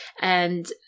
and-